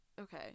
Okay